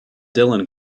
dylan